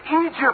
Egypt